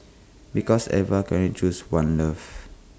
because Eva can only choose one love